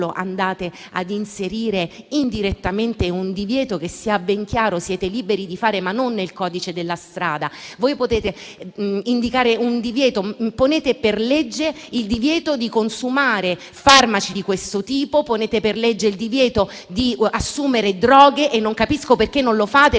andate a inserire indirettamente un divieto che - sia ben chiaro - siete liberi di fare, ma non nel codice della strada; voi potete indicare un divieto; ponete per legge il divieto di consumare farmaci di questo tipo, il divieto di assumere droghe e non capisco perché non lo fate. Lo fate